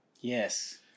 Yes